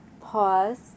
pause